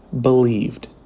believed